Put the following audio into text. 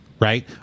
right